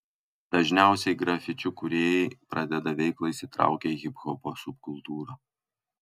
dažniausiai grafičių kūrėjai pradeda veiklą įsitraukę į hiphopo subkultūrą